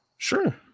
Sure